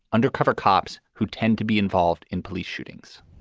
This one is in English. undercover cops who tend to be involved in police shootings